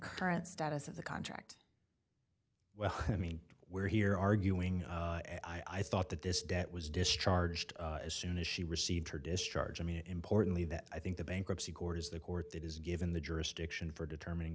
current status of the contract well i mean we're here arguing i thought that this debt was discharged as soon as she received her discharge i mean importantly that i think the bankruptcy court is the court that is given the jurisdiction for determining